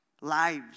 lives